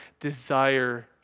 desire